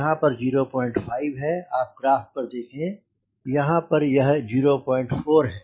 यहाँ पर 05 है आप ग्राफ पर देखें यहां पर यह 04 है